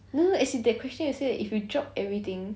no as in that question you say that if you drop everything